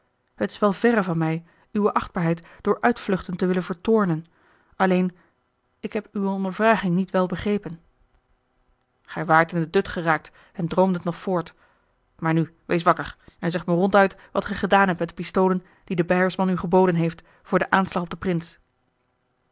het is wel verre van mij uwe achtbaarheid door uitvluchten te willen vertoornen alleen ik heb uwe ondervraging niet wel begrepen a l g bosboom-toussaint de delftsche wonderdokter eel ij waart in den dut geraakt en droomdet nog voort maar nu wees wakker en zeg me ronduit wat gij gedaan hebt met de honderd pistolen die de beiersman u geboden heeft voor den aanslag op den prins